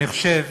אני חושב,